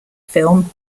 film